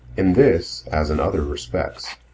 in this, as in other respects,